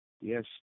Yes